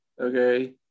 okay